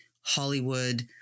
Hollywood